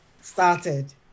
started